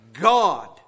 God